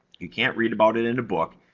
you can't read about it in a book.